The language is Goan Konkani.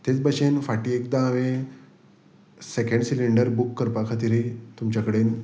तेच भशेन फाटीं एकदां हांवे सेकेंड सिलिंडर बूक करपा खातीर तुमचे कडेन